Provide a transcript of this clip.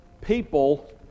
people